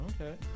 Okay